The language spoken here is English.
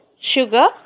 sugar